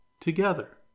together